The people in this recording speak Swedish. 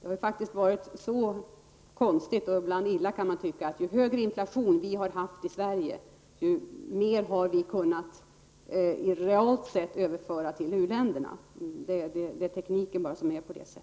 Det har faktiskt varit så konstigt -- ja, så illa, kan man tycka -- att ju högre inflation vi har haft i Sverige, desto mer har vi kunnat överföra till u-länderna realt sett. Det är tekniken som är sådan.